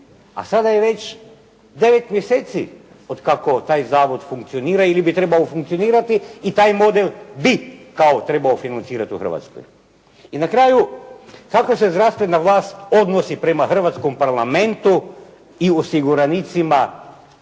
A sada je već 9 mjeseci od kada taj zavod funkcionira ili bi trebao funkcionirati i taj model bi kao trebao financirati u Hrvatskoj. I na kraju kako se zdravstvena vlast odnosi prema hrvatskom Parlamentu i osiguranicima